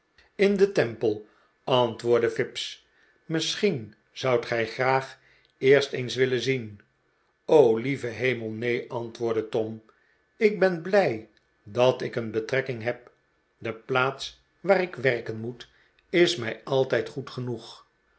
in den temple antwoordde fips misschien zoudt gij graag eerst eens willen zien lieve hemel neen antwoordde tom ik ben blij dat ik een betrekking heb de plaats waar ik werken moet is mij altijd goed genoeg